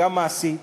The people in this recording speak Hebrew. גם מעשית.